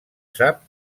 sap